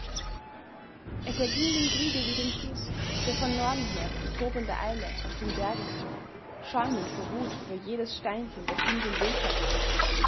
es erging dem kriege wie dem fluß der von norden her in tobender eile aus den bergen kam schäumend vor wut über jedes steinchen das ihm den weg vertrat